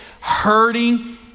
hurting